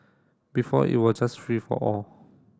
before it was just free for all